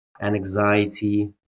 anxiety